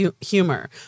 humor